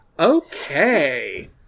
Okay